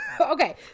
Okay